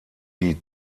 die